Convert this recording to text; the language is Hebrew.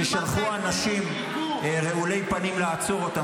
-- ששלחו אנשים רעולי פנים לעצור אותם,